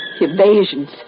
evasions